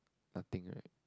nothing right